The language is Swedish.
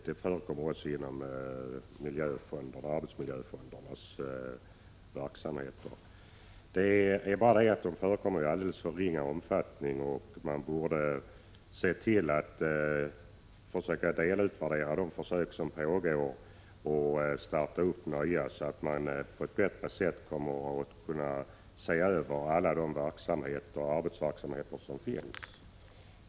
Det gäller t.ex. miljöoch arbetsmiljöfondernas verksamheter. Det är bara det att sådan här försöksverksamhet förekommer i alldeles för ringa omfattning. Man borde se till att den försöksverksamhet som pågår blir utvärderad. Man borde också starta ny sådan verksamhet, så att man bättre kan se över alla de arbetsverksamheter som finns.